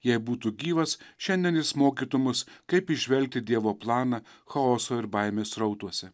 jei būtų gyvas šiandien jis mokytų mus kaip įžvelgti dievo planą chaoso ir baimės srautuose